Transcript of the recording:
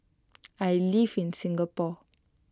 I live in Singapore